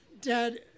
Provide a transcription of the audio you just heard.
Dad